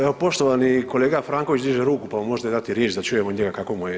Evo poštovani kolega Franković diže ruku, pa mu možete dati riječ da čujem od njega kako mu je to.